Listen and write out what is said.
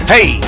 Hey